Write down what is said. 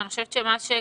אני חושבת שאתה